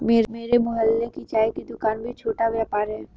मेरे मोहल्ले की चाय की दूकान भी छोटा व्यापार है